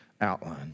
outline